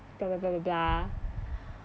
blah blah blah blah blah